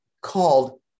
called